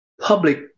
public